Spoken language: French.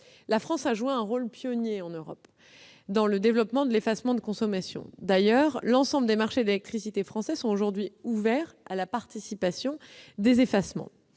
La France a joué un rôle pionnier en Europe dans le développement de l'effacement de consommation. D'ailleurs, tous les marchés français de l'électricité sont aujourd'hui ouverts à la participation des effacements.